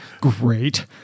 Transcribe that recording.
great